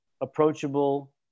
approachable